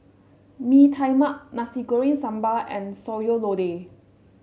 Bee Tai Mak Nasi Goreng Sambal and Sayur Lodeh